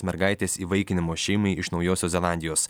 mergaitės įvaikinimo šeimai iš naujosios zelandijos